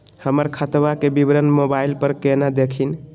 हमर खतवा के विवरण मोबाईल पर केना देखिन?